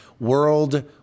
World